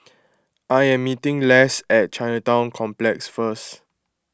I am meeting Less at Chinatown Complex first